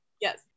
Yes